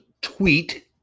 tweet